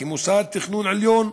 כמוסד תכנון עליון,